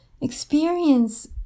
Experience